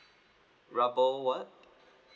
rubber what